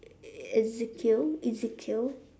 ezekiel ezekiel